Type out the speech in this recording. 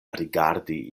rigardi